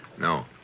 No